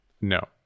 No